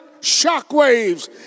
shockwaves